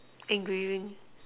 engraving